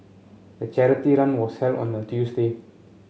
the charity run was held on a Tuesday